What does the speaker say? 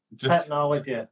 technology